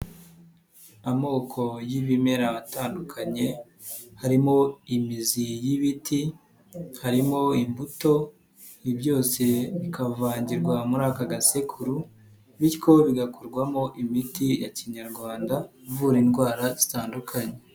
Amoko y'ibimera atandukanye harimo imizi y'ibiti, harimo imbuto, ibi byose bikavangirwa muri aka gasekuru bityo bigakorwamo imiti ya Kinyarwanda ivura indwara zitandukanye.